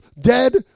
dead